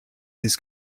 his